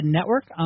Network